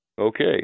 Okay